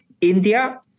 India